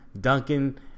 Duncan